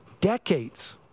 decades